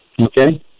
Okay